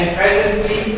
presently